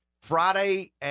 Friday